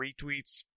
retweets